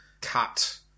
cut